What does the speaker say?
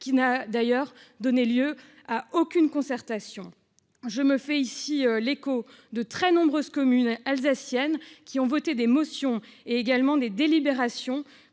qui n'a donné lieu à aucune concertation. Je me fais ici l'écho des nombreuses communes alsaciennes qui ont voté des motions et des délibérations